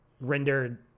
rendered